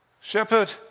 Shepherd